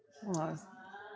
!wah!